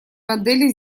модели